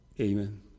Amen